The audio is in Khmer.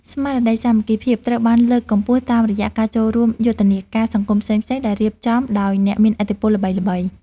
ស្មារតីសាមគ្គីភាពត្រូវបានលើកកម្ពស់តាមរយៈការចូលរួមយុទ្ធនាការសង្គមផ្សេងៗដែលរៀបចំដោយអ្នកមានឥទ្ធិពលល្បីៗ។